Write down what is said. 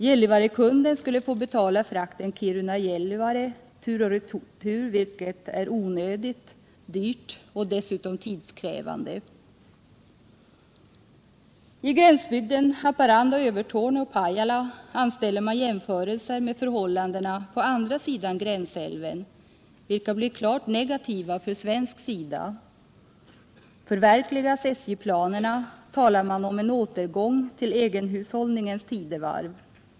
Gällivarekunden skulle få betala frakten Gällivare-Kiruna tur och retur, vilken är onödig, dyr och dessutom tidskrävande. I gränsbygden Haparanda-Övertorneå-Pajala anställer man jämförelser med förhållandena på andra sidan gränsälven, vilka blir klart negativa för svensk sida. Förverkligas SJ-planerna, talar man om en återgång till egenhushållningens tidevarv.